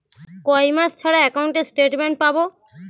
কয় মাস ছাড়া একাউন্টে স্টেটমেন্ট পাব?